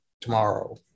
tomorrow